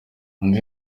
undi